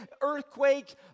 earthquake